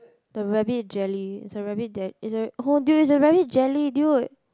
the rabbit jelly is a rabbit jelly is a oh dude it's a rabbit jelly dude